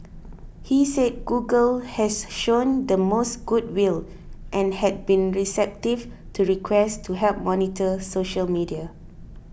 he said Google has shown the most good will and had been receptive to requests to help monitor social media